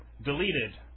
deleted